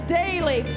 daily